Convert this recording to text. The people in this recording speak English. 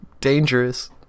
dangerous